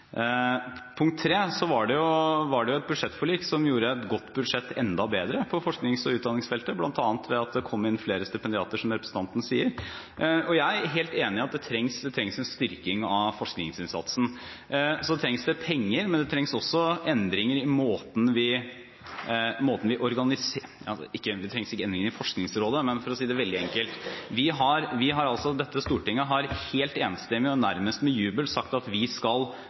Punkt nr. 3: Det var et budsjettforlik som gjorde et godt budsjett enda bedre på forsknings- og utdanningsfeltet, bl.a. ved at det kom inn flere stipendiater, som representanten sier. Jeg er helt enig i at det trengs en styrking av forskningsinnsatsen. Det trengs penger, men det trengs også endringer i måten vi organiserer dette på – ikke at det trengs endringer i Forskningsrådet, men for å si det veldig enkelt: Dette stortinget har helt enstemmig og nærmest med jubel sagt at vi skal